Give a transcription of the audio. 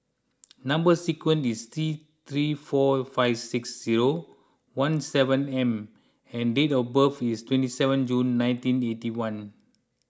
Number Sequence is T three four five six zero one seven M and date of birth is twenty seven June nineteen eighty one